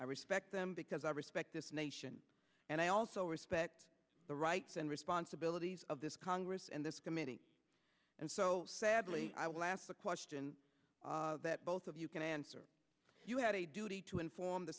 i respect them because i respect this nation and i also respect the rights and responsibilities of this congress and this committee and so sadly i will ask a question that both of you can answer you had a duty to inform the